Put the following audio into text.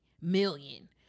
million